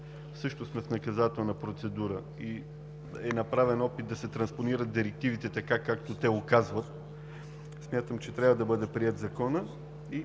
също сме в наказателна процедура е направен опит да се транспонират директивите както те указват, и смятам, че трябва да бъде приет Законът.